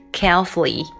carefully